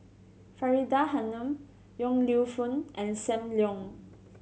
Faridah Hanum Yong Lew Foong and Sam Leong